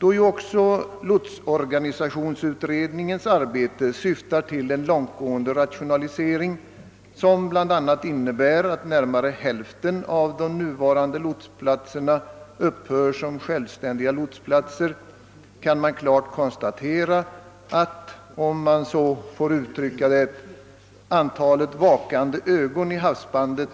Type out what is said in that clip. Då också lotsorganisationsutredningens arbete syftar till en långtgående rationalisering, som bl.a. innebär att närmare hälften av de nuvarande lotsplatserna upphör som självständiga sådana, kan det klart konstateras att — om jag får använda samma uttryck som nyss — antalet vakande ögon i havsbandet